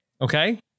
okay